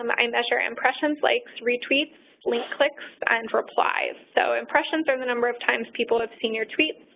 um i measure impressions, likes, retweets, link clicks, and replies. so, impressions are the number of times people have seen your tweets.